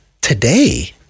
today